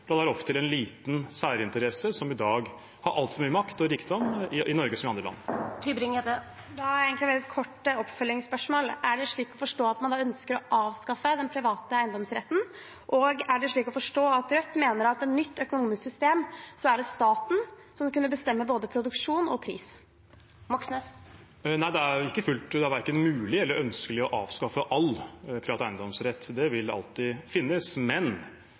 være opp til en liten særinteresse som i dag har altfor mye makt og rikdom, i Norge som i andre land. Det er egentlig et veldig kort oppfølgingsspørsmål: Er det slik å forstå at man da ønsker å avskaffe den private eiendomsretten, og er det slik å forstå at Rødt mener at i et nytt økonomisk system er det staten som skal kunne bestemme både produksjon og pris? Nei, det er verken mulig eller ønskelig å avskaffe all privat eiendomsrett – det vil alltid finnes. Men